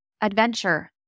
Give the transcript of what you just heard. adventure